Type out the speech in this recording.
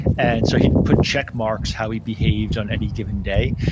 and so he'd put check marks how he'd behaved on any given day.